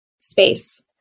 space